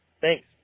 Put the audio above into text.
Thanks